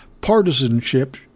Partisanship